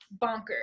Bonkers